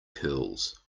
curls